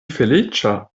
feliĉa